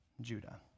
Judah